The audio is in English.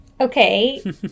okay